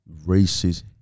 racist